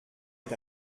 est